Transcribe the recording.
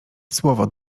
słowo